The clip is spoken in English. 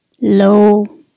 low